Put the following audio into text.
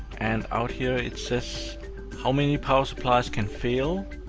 and out here it says how many power supplies can fail